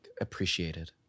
Appreciated